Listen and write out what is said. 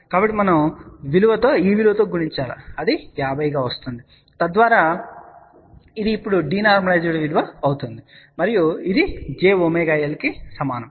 కాబట్టి మనం ఈ విలువతో గుణించాలి 50 గా వస్తుంది తద్వారా ఇది ఇప్పుడు డీనార్మలైజెడ్ విలువ అవుతుంది మరియు ఇది jωL కు సమానం